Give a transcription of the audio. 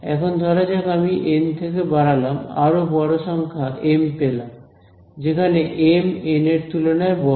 এখন ধরা যাক আমি এন থেকে বাড়ালাম আরো বড় সংখ্যা এম পেলাম যেখানে এম এন এর তুলনায় বড়